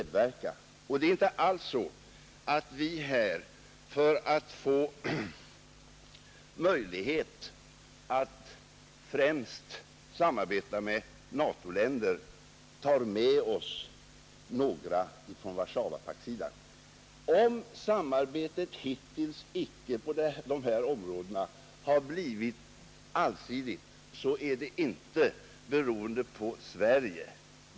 Det är inte alls så att vi här, för att få möjligheter att främst samarbeta med NATO-länder, tar med några länder från Warszawapakten. Om samarbetet på dessa områden hittills inte har blivit allsidigt, beror det inte på Sverige.